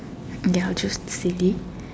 ya choose silly